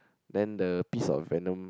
then the piece of vemon